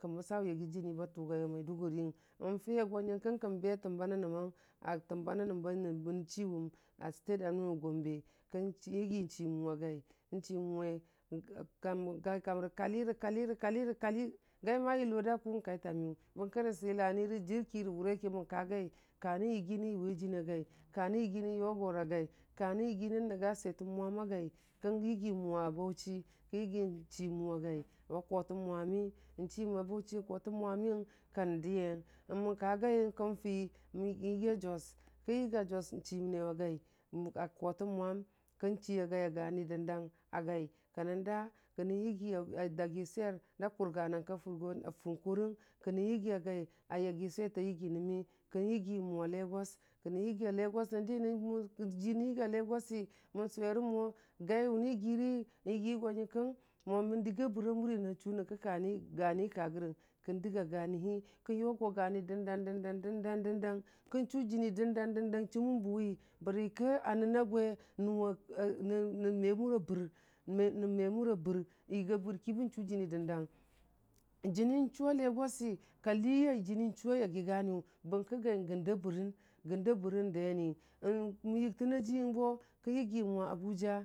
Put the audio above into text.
Kən məsawʊ yagi jini ba tʊgai a Maduguri yəng n fiye go nyənkən kən be a təmba nənməng a təmba nənəməm bən chuwung, a nənu a Gombe kən yigi chimənwa yai, kən chimənwe yaikam rə kali rə kali ka kali ra kali, gai yʊla da kʊ nkai tamiyʊ, bərə ki rə silum rə jərki rə wurə ki mən kagai, ka nən yigi nən yʊwe jinu gai ka nən yigi nən yugora gai ka nən yigi nən nənya bwetəmwam a gai, kən yigi mənwa Bauchi kən yigi chimənwa yai wa kotə mwa mi, n chimənwa Bauchi kotə mwa miyəng kən dəyəng, mənka yayəng kən fi yigi a Jos kən yiga Jos chimənewa gu kotə mwam kən chiya yai a geni dəndang agai kənən da, kənən yigi a dagi swer da kʊrarng ka fʊngʊ rəngo, kənən yigi a gai a yagi swetətə yigi nən mi kən yigi mənwa Lagos, kənən yigu Lagos nən di jinən yigu Lagos si mən suwerə mo gaiwu nən yigirə yigi go nyənkən ma mən dəga bəra mur nan chʊ nyənkə gani kareyəng kən dəgu gani li ə yʊgo gani dənfang dəndang, dəndang dəndang, kən chʊ jini dəndang dəndang chuməmbəwi bərə ki a nən a gwe nən wa, nən mw mʊra bər, yiga barki bən chʊ jəni dəndang jəni chawa yagi ganiyʊ bərən deni, yiktənajiyqngbo kən uigimən wu Abuja.